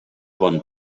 bon